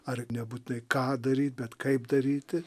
ar nebūtinai ką daryt bet kaip daryti